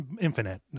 Infinite